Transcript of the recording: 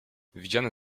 widziane